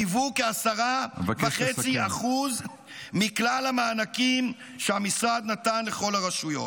שהיוו כ-10.5% מכלל המענקים שהמשרד נתן לכל הרשויות.